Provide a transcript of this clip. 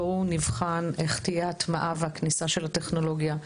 בואו נבחן איך תהיה ההטמעה והכניסה של הטכנולוגיה.